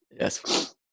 Yes